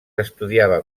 estudiava